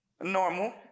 Normal